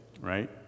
right